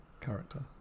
character